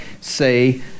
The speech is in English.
say